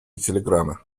телеграммы